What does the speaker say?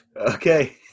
Okay